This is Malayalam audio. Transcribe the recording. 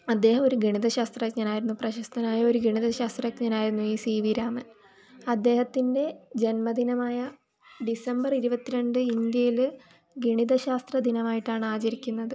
അദ്ദേഹം ഒരു ഗണിത ശാസ്ത്രജ്ഞനായിരുന്നു പ്രശസ്തനായൊരു ഗണിത ശാസ്ത്രജ്ഞനായിരുന്നു ഈ സീ വീ രാമൻ അദ്ദേഹത്തിൻ്റെ ജന്മദിനമായ ഡിസംബർ ഇരുപത്തി രണ്ട് ഇന്ത്യയിൽ ഗണിത ശാസ്ത്ര ദിനമായിട്ടാണ് ആചരിക്കുന്നത്